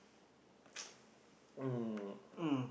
um